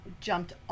jumped